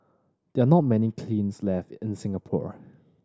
there are not many kilns left in Singapore